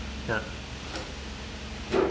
ya